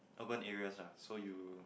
urban areas lah so you